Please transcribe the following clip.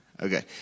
Okay